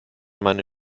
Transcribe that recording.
meine